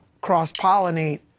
cross-pollinate